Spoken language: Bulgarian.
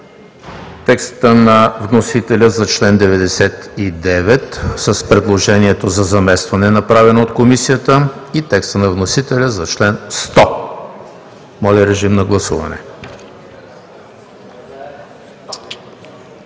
текста на вносителя за чл. 99 с предложението за заместване, направено от Комисията; и текста на вносителя за чл. 100. Гласували